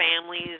families